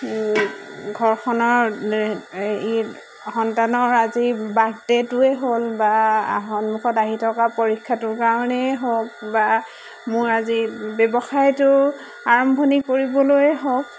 ঘৰখনৰ এই সন্তানৰ আজি বাৰ্থডেটোৱেই হ'ল বা সন্মুখত আহি থকা পৰীক্ষাটোৰ কাৰণেই হওক বা মোৰ আজি ব্যৱসায়টো আৰম্ভণি কৰিবলৈ হওক